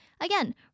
again